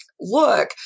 look